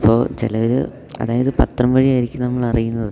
അപ്പോൾ ചിലർ അതായത് പത്രം വഴിയായിരിക്കും നമ്മളറിയുന്നത്